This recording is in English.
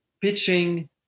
pitching